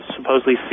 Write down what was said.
supposedly